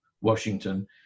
Washington